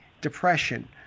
depression